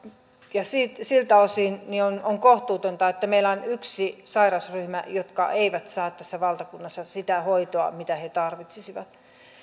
ja siltä osin on on kohtuutonta että meillä on yksi sairausryhmä joka ei saa tässä valtakunnassa sitä hoitoa mitä tarvitsisi